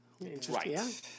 Right